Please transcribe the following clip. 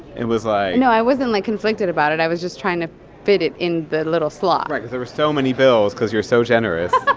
it was like. no, i wasn't, like, conflicted about it. i was just trying to fit it in the little slot right, because there were so many bills because you're so generous